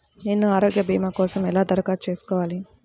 నేను ఆరోగ్య భీమా కోసం ఎలా దరఖాస్తు చేసుకోవాలి?